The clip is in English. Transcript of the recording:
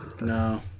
No